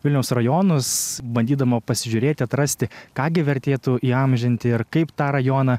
vilniaus rajonus bandydama pasižiūrėti atrasti ką gi vertėtų įamžinti ir kaip tą rajoną